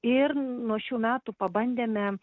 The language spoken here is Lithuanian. ir nuo šių metų pabandėme